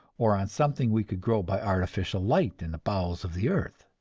or on something we could grow by artificial light in the bowels of the earth.